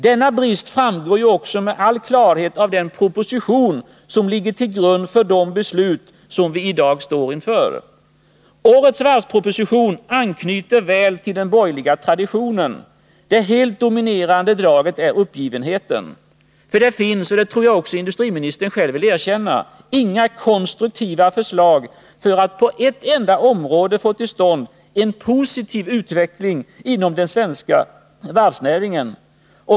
Denna brist framgår ju också med all klarhet av den proposition som ligger till grund för de beslut som vi i dag står inför. Årets varvsproposition anknyter väl till den borgerliga traditionen. Det helt dominerande draget är uppgivenheten. Det finns — och det tror jag industriministern själv vill erkänna — inga konstruktiva förslag för att på något enda område få till stånd en positiv utveckling inom den svenska varvsnäringen.